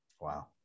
Wow